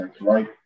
right